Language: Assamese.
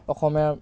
অসমীয়া